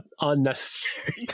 unnecessary